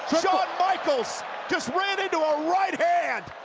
shawn michaels just ran into a right hand!